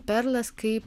perlas kaip